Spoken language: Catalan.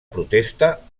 protesta